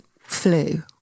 flu